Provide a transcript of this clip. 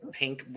pink